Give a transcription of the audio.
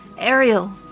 Ariel